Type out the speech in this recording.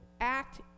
act